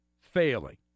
failing